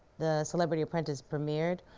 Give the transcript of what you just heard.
the celebrity apprentice premiered,